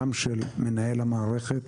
גם של מנהל המערכת